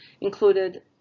included